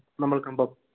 നമ്മൾ കമ്പം